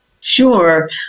Sure